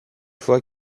fois